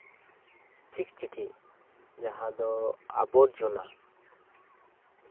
ᱪᱤᱠᱪᱤᱠᱤ ᱡᱟᱦᱟᱸ ᱫᱚ ᱟᱵᱚᱨᱡᱚᱱᱟ